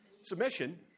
submission